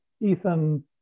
Ethan